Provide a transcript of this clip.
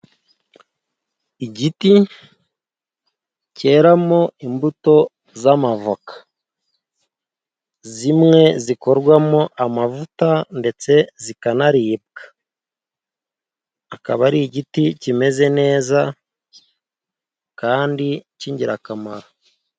Igiti cyeramo imbuto z'amavoka zimwe zikorwamo amavuta ndetse zikanaribwa. Akaba ari igiti kimeze neza kandi cy'ingirakamaro.